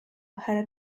had